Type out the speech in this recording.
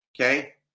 okay